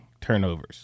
turnovers